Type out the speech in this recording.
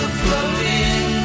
floating